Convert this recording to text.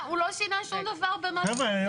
הוא לא שינה שום דבר בנוסח.